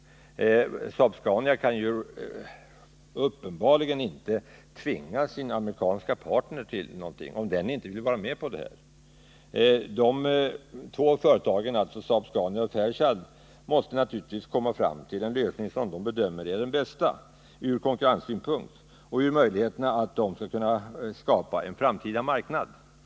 Saab-Scania kan ju uppenbarligen inte tvinga sin amerikanska partner till någonting som denna inte vill vara med om. De två företagen, Saab-Scania och Fairchild, måste naturligtvis komma fram till den lösning som de gemensamt bedömer vara den bästa ur konkurrenssynpunkt och med tanke på att kunna skapa en framtida marknad.